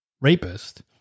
rapist